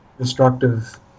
destructive